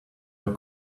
your